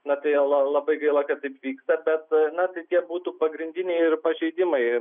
na tai la labai gaila kad taip vyksta bet na tai tie būtų pagrindiniai pažeidimai